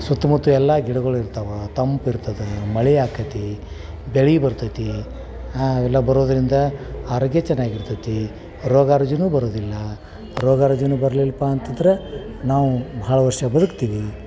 ಸುತ್ತಮುತ್ತ ಎಲ್ಲ ಗಿಡಗಳು ಇರ್ತಾವೆ ತಂಪು ಇರ್ತದೆ ಮಳೆ ಆಕೈತಿ ಬೆಳೆ ಬರ್ತೈತಿ ಆವೆಲ್ಲ ಬರೋದರಿಂದ ಆರೋಗ್ಯ ಚೆನ್ನಾಗಿರ್ತೈತಿ ರೋಗ ರುಜಿನ ಬರುವುದಿಲ್ಲ ರೋಗ ರುಜಿನ ಬರ್ಲಿಲ್ಲಪ್ಪ ಅಂತಂದರೆ ನಾವು ಭಾಳ ವರ್ಷ ಬದುಕ್ತೀವಿ